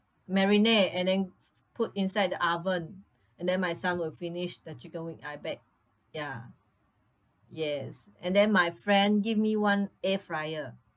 marinate and then put inside the oven and then my son will finish the chicken wing I baked ya yes and then my friend give me one air-fryer